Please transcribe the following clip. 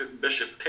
Bishop